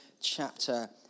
chapter